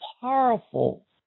powerful